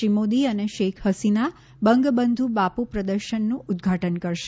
શ્રી મોદી અને શેખ હસીના બંગબંધુ બાપુ પ્રદર્શનનું ઉદ્વાટન કરશે